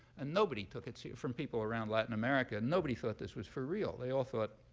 and nobody took it so from people around latin america, nobody thought this was for real. they all thought,